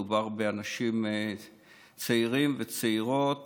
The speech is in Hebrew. מדובר באנשים צעירים וצעירות